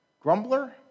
Grumbler